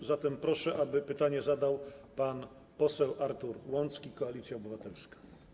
A zatem proszę, aby pytanie zadał pan poseł Artur Łącki, Koalicja Obywatelska.